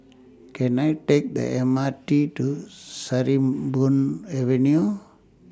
Can I Take The M R T to Sarimbun Avenue